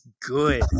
good